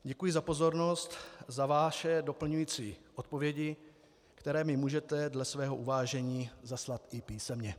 Děkuji za pozornost, za vaše doplňující odpovědi, které mi můžete dle svého uvážení zaslat i písemně.